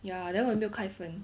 ya then 我也没有开 fan